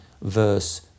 verse